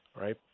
right